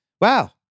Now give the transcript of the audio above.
wow